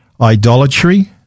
Idolatry